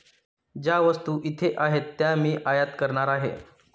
ज्या वस्तू इथे आहेत त्या मी आयात करणार आहे